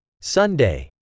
Sunday